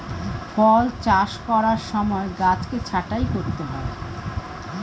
ফল চাষ করার সময় গাছকে ছাঁটাই করতে হয়